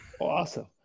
Awesome